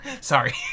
Sorry